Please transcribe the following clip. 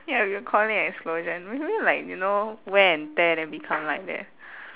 ya we'll call it explosion like you know wear and tear then become like that